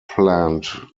plant